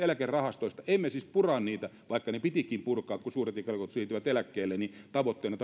eläkerahastoista emme siis pura niitä vaikka ne pitikin purkaa kun suuret ikäluokat siirtyvät eläkkeelle taitetun indeksin tavoitteena